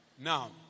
Now